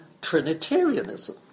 Trinitarianism